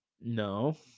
No